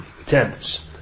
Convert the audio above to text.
Attempts